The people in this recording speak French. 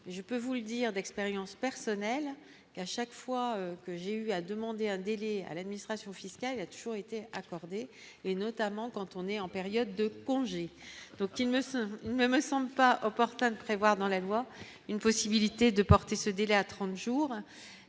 je peux vous le dire, d'expérience personnelle et à chaque fois que j'ai eu, a demandé un délai à l'administration fiscale a toutefois été accordé et notamment quand on est en période de congés, donc il ne se même me semble pas opportun de prévoir dans la loi une possibilité de porter ce délai à 30 jours